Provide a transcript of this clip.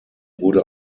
wurde